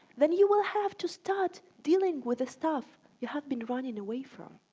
then you will have to start dealing with the stuff you have been running away from.